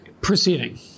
proceeding